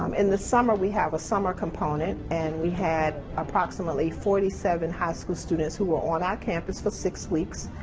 um in the summer, we have a summer component and we had approximately forty seven high school students who were on our campus for six weeks.